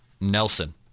nelson